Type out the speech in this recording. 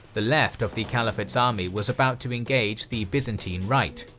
the left of the caliphate's army was about to engage the byzantine right.